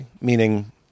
meaning